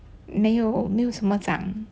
没有没有什么脏